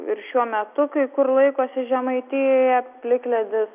ir šiuo metu kai kur laikosi žemaitijoje plikledis